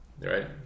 Right